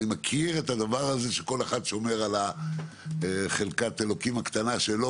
אני מכיר את הדבר הזה שכל אחד שומר על חלקת אלוקים הקטנה שלו,